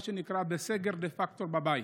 בסגר דה פקטו בבית